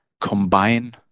combine